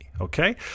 okay